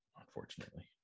unfortunately